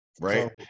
Right